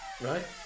Right